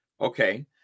Okay